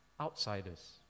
outsiders